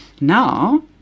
Now